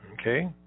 Okay